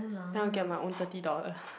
then I'll get my own thirty dollar